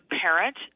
parent